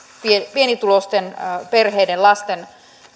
pienituloisten perheiden lasten